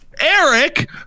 Eric